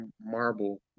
marble